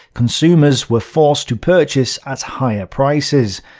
consumers were forced to purchase at higher prices,